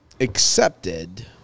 accepted